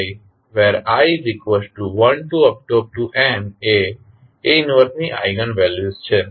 n એ A 1ની eigen values છે